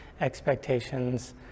expectations